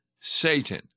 Satan